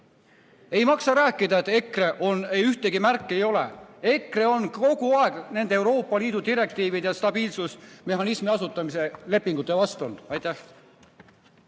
Ei maksa rääkida, et ühtegi märki ei ole. EKRE on kogu aeg nende Euroopa Liidu direktiivide ja stabiilsusmehhanismi asutamise lepingute vastu olnud. Aitäh!